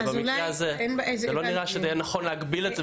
לא נראה שזה יהיה נכון להגביל.